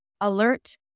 alert